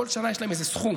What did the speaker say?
כל שנה יש איזה סכום,